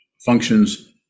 functions